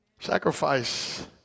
sacrifice